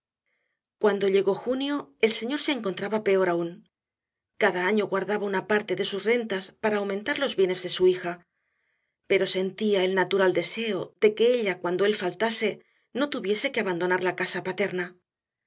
cuando llegó junio el señor se encontraba peor aún cada año guardaba una parte de sus rentas para aumentar los bienes de su hija pero sentía el natural deseo de que ella cuando él faltase no tuviese que abandonar la casa paterna